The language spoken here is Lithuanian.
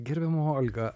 gerbiama olga